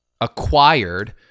acquired